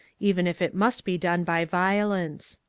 even if it must be done by violence.